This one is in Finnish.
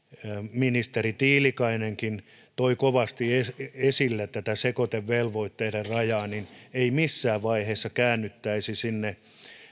ministeri tiilikainenkin toi kovasti esille esille tätä sekoitevelvoitteiden rajaa ei missään vaiheessa käännyttäisi sinne